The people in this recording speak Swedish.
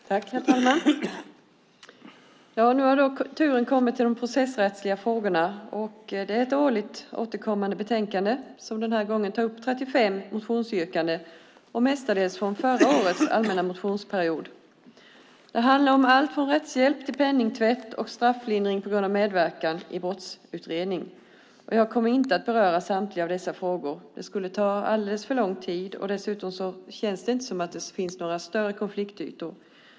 Herr talman! Nu har turen kommit till de processrättsliga frågorna. Det är ett årligt återkommande betänkande som den här gången tar upp 35 motionsyrkanden, mestadels från förra årets allmänna motionsperiod. Det handlar om allt från rättshjälp till penningtvätt och strafflindring på grund av medverkan i brottsutredning. Jag kommer inte att beröra samtliga dessa frågor. Det skulle ta alldeles för lång tid, och dessutom känns det inte som om det finns några större konfliktytor.